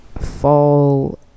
fall